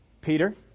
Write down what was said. Peter